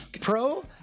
Pro